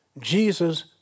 Jesus